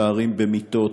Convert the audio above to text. פערים במיטות,